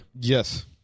Yes